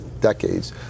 decades